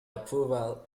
approval